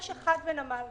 יש אחד כזה בנמל,